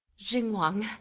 xinguang,